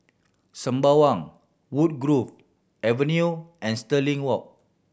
Sembawang Woodgrove Avenue and Stirling Walk